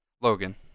Logan